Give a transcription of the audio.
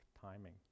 timing